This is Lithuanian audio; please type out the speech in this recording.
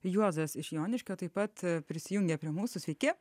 juozas iš joniškio taip pat prisijungė prie mūsų sveiki